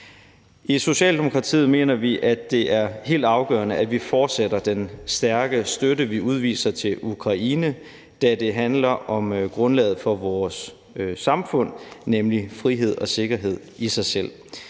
I Socialdemokratiet mener vi, det er helt afgørende, at vi fortsætter den stærke støtte, vi udviser til Ukraine, da det handler om grundlaget for vores samfund, nemlig frihed og sikkerhed i sig selv.